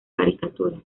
caricatura